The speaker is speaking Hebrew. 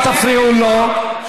אל תפריעו לו.